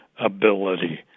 ability